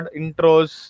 intros